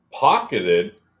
Pocketed